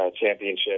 championship